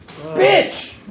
Bitch